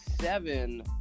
seven